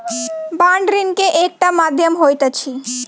bond ऋण के एकटा माध्यम होइत अछि